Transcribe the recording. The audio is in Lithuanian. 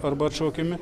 arba atšaukiami